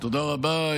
תודה רבה.